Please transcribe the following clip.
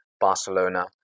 Barcelona